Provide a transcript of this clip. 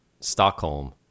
Stockholm